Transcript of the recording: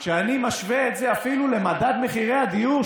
כשאני משווה את זה אפילו למדד מחירי הדיור,